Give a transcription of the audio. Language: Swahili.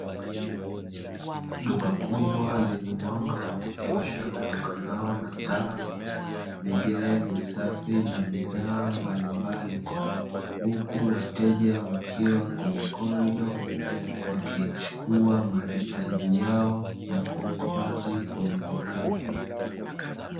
Duka kubwa lenye mwanga wa kutosha utokanao na taa, vigae, visafi na bidhaa mbalimbali huku wateja wakiwa kwenye korido, wakichukua mahitaji yao na kuhifadhi kwenye vikapu.